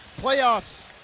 Playoffs